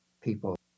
people